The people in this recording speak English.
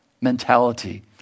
mentality